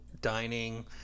dining